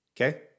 Okay